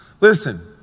Listen